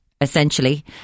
essentially